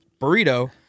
burrito